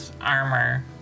armor